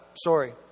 sorry